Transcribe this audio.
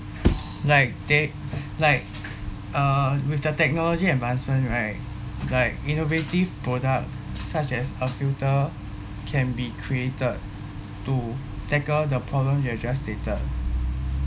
like they like uh with the technology advancement right like innovative product such as a filter can be created to tackle the problem you have just stated